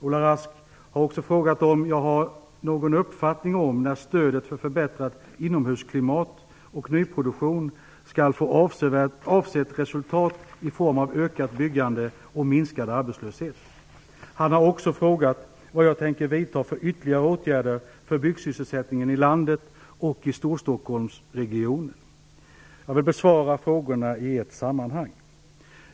Ola Rask har frågat om jag har någon uppfattning om när stödet för förbättrat inomhusklimat och nyproduktion skall få avsett resultat i form av ökat byggande och minskad arbetslöshet. Han har också frågat vad jag tänker vidta för ytterligare åtgärder för byggsysselsättningen i landet och i Storstockholmsregionen. Jag besvarar frågorna i ett sammanhang.